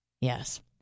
Yes